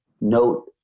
note